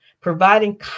providing